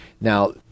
Now